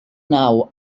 nau